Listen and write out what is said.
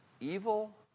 evil